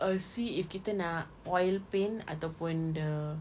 err see if kita nak oil paint ataupun the